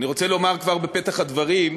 אני רוצה לומר כבר בפתח הדברים: